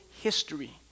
history